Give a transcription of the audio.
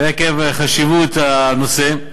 ועקב חשיבות הנושא,